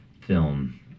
film